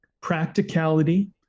practicality